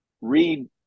read